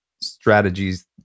strategies